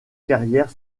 carrière